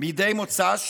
מדי מוצ"ש